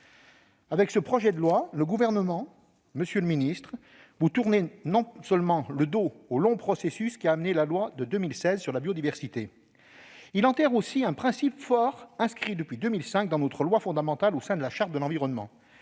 Avec ce projet de loi, le Gouvernement ne tourne pas seulement le dos au long processus qui a conduit à la loi de 2016 sur la biodiversité, il enterre aussi un principe fort, inscrit depuis 2005 dans notre loi fondamentale, au sein de la Charte de l'environnement